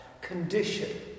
condition